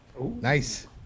Nice